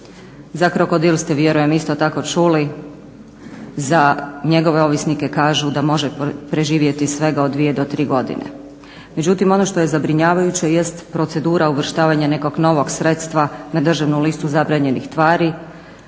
Za krokodil ste vjerujem isto tako čuli, za njegove ovisnike kažu da može preživjeti svega od 2 do 3 godine. Međutim, ono što je zabrinjavajuće jest procedura uvrštavanja nekog novog sredstva na državnu listu zabranjenih tvari